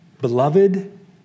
Beloved